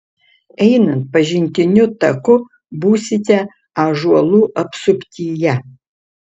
einant pažintiniu taku būsite ąžuolų apsuptyje